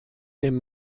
dem